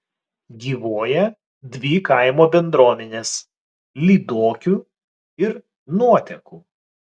gyvuoja dvi kaimo bendruomenės lyduokių ir nuotekų